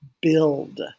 build